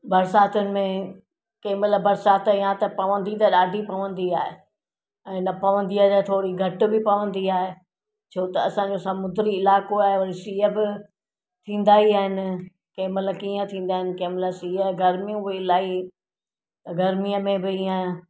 बरसातियुनि में कंहिं महिल बरसाति या त पवंदी त ॾाढी पवंदी आहे ऐं न पवंदी आहे त थोरी घटि बि पवंदी आहे छो त असांजो समूंड्री इलाइक़ो आहे वरी सीउ बि थींदा ई आहिनि कंहिं महिल कीअं थींदा आहिनि कंहिं महिल सीउ गर्मियूं बि इलाही गर्मीअ में बि ईअं